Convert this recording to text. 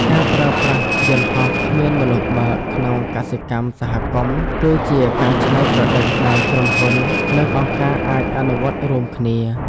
ការប្រើប្រាស់យន្តហោះគ្មានមនុស្សបើកក្នុងកសិកម្មសហគមន៍ គឺជាការច្នៃប្រឌិតដែលក្រុមហ៊ុន និងអង្គការអាចអនុវត្តរួមគ្នា។